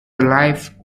life